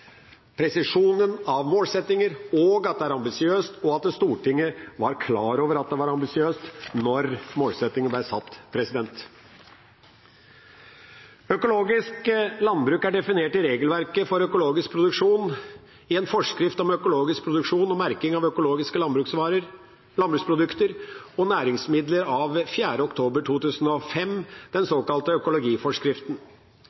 er ambisiøst, og at Stortinget var klar over at det var ambisiøst, da målsettingene ble satt. Økologisk landbruk er definert i regelverket for økologisk produksjon i forskrift om økologisk produksjon og merking av økologiske landbruksprodukter og næringsmidler av 4. oktober 2005, den